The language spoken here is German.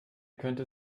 könnte